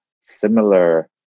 similar